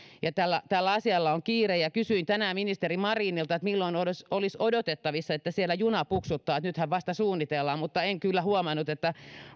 ja tällä tällä asialla on kiire kysyin tänään ministeri marinilta milloin olisi odotettavissa että siellä juna puksuttaa nythän vasta suunnitellaan mutta en kyllä huomannut että